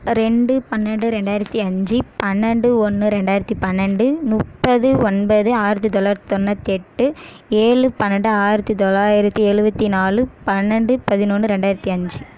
ரெண்டு பன்னெண்டு ரெண்டாயிரத்து அஞ்சு பன்னெண்டு ஒன்று ரெண்டாயிரத்து பன்னெண்டு முப்பது ஒன்பது ஆயிரத்து தொள்ளாயிரத்தி தொண்ணூற்றி எட்டு ஏழு பன்னெண்டு ஆயிரத்து தொள்ளாயிரத்தி எழுவத்தி நாலு பன்னெண்டு பதினொன்று ரெண்டாயிரத்து அஞ்சு